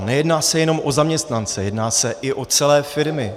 Nejedná se jenom o zaměstnance, jedná se i o celé firmy.